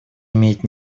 имеет